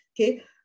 okay